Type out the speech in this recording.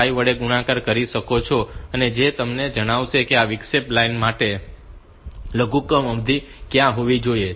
5 વડે ગુણાકાર કરીને શોધી શકો છો જે તમને જણાવશે કે આ વિક્ષેપ લાઈન માટે લઘુત્તમ અવધિ ક્યાં હોવી જોઈએ